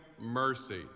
mercy